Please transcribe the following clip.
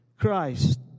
Christ